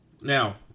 Now